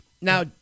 Now